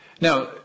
Now